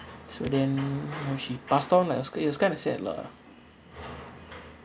so then once she passed on like it was clear it's kind of sad lah